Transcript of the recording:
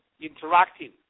interacting